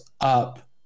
up